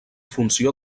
funció